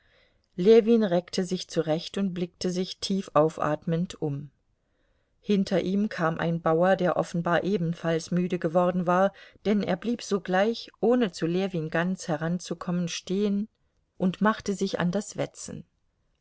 ljewin reckte sich zurecht und blickte sich tief aufatmend um hinter ihm kam ein bauer der offenbar ebenfalls müde geworden war denn er blieb sogleich ohne zu ljewin ganz heranzukommen stehen und machte sich an das wetzen